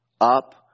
up